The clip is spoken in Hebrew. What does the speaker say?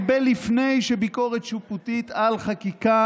הרבה לפני שביקורת שיפוטית על חקיקה